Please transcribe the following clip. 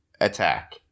attack